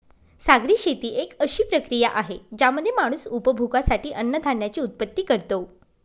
सागरी शेती एक अशी प्रक्रिया आहे ज्यामध्ये माणूस उपभोगासाठी अन्नधान्याची उत्पत्ति करतो